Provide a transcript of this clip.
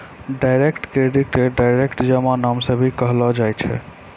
direct credit के direct जमा नाम से भी कहलो जाय छै